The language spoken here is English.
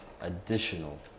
additional